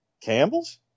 Campbell's